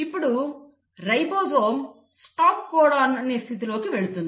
ఇప్పుడు ribosome stop codon అనే స్థితిలోకి వెళుతుంది